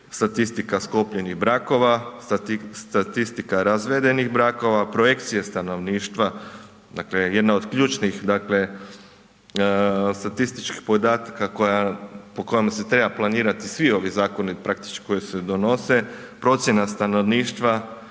statistika sklopljenih brakova, statistika razvedenih brakova, projekcije stanovništva, dakle jedna od ključnih dakle statističkih podataka koja, po kojima se trebaju planirati svi zakoni praktički koji se donose, procjena stanovništva,